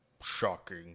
Shocking